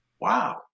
Wow